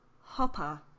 Hopper